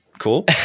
cool